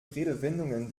redewendungen